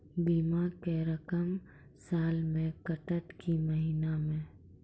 बीमा के रकम साल मे कटत कि महीना मे?